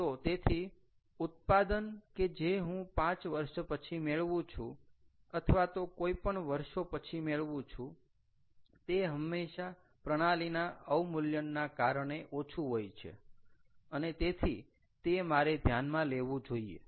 તો તેથી ઉત્પાદન કે જે હું 5 વર્ષ પછી મેળવું છું અથવા તો કોઈ પણ વર્ષો પછી મેળવું છું તે હંમેશા પ્રણાલીના અવમૂલ્યનના કારણે ઓછું હોય છે અને તેથી તે મારે ધ્યાનમાં લેવું જોઈએ